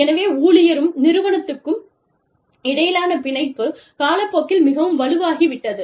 எனவே ஊழியருக்கும் நிறுவனத்துக்கும் இடையிலான பிணைப்பு காலப்போக்கில் மிகவும் வலுவாகிவிட்டது